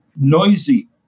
noisy